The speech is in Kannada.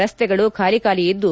ರಸ್ತೆಗಳು ಖಾಲಿ ಖಾಲಿ ಇದ್ದು